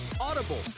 Audible